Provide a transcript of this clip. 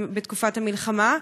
בתקופת המלחמה,